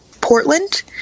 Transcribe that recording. Portland